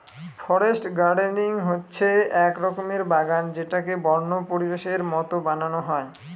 forest gardening হচ্ছে এক রকমের বাগান যেটাকে বন্য পরিবেশের মতো বানানো হয়